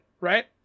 Right